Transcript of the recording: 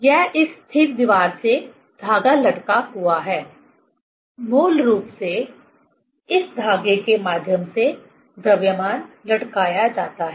यह इस स्थिर दीवार से धागा लटका हुआ है मूल रूप से इस धागे के माध्यम से द्रव्यमान लटकाया जाता है